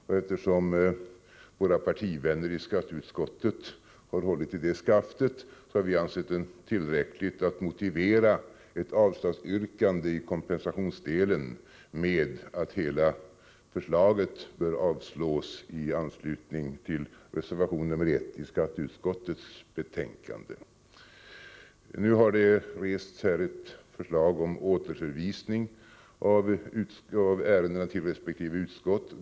Eftersom våra partivänner i skatteutskottet har hållit i detta skaft, har vi ansett det tillräckligt att motivera ett avslagsyrkande i kompensationsdelen med att hela förslaget bör avslås i anslutning till reservation 1 i skatteutskottets betänkande. Nu har det väckts ett förslag om återförvisning av ärendena till resp. utskott.